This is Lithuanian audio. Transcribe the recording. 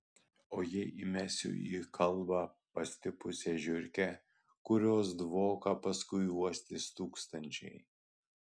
o jei įmesiu į kalbą pastipusią žiurkę kurios dvoką paskui uostys tūkstančiai